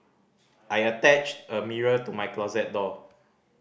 I attached a mirror to my closet door